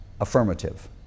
affirmative